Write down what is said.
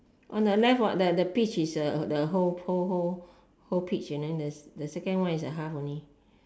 on the left what the the peach is the whole whole whole whole peach and then the second is the half only